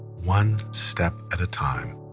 one step at a time